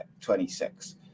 26